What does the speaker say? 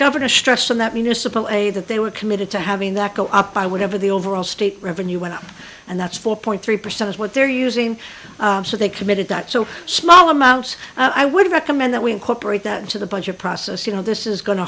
governor stressing that municipal a that they were committed to having that go up by whatever the overall state revenue went up and that's four point three percent is what they're using so they committed that so small amounts i would recommend that we incorporate that into the budget process you know this is going to